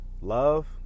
love